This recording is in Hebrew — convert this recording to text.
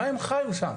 מה הם חיו שם,